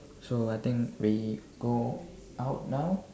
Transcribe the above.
so I think we go out now